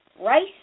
rice